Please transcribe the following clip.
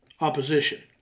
opposition